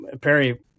Perry